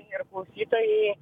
ir klausytojai